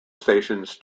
stations